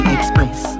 Express